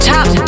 Top